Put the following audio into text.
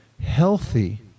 healthy